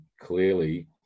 clearly